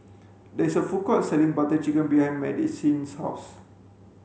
there is a food court selling Butter Chicken behind Madisyn's house